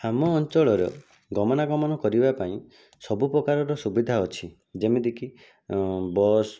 ଆମ ଅଞ୍ଚଳର ଗମନାଗମନ କରିବା ପାଇଁ ସବୁ ପ୍ରକାରର ସୁବିଧା ଅଛି ଯେମିତିକି ବସ୍